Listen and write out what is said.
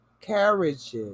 carriages